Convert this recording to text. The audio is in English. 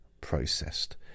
processed